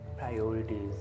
priorities